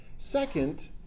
Second